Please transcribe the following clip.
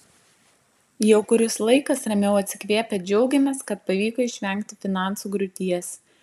jau kuris laikas ramiau atsikvėpę džiaugiamės kad pavyko išvengti finansų griūties